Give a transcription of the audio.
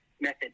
method